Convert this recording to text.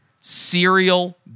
serial